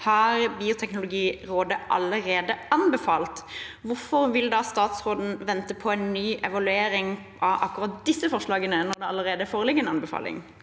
har Bioteknologirådet allerede anbefalt. Hvorfor vil da statsråden vente på en ny evaluering av akkurat disse forslagene,